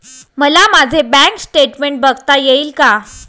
मला माझे bank statement बघता येईल का?